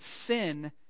sin